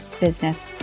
business